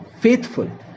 faithful